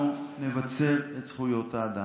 אנחנו נבצר את זכויות האדם.